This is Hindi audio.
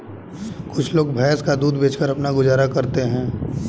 कुछ लोग भैंस का दूध बेचकर अपना गुजारा करते हैं